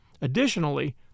Additionally